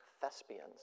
thespians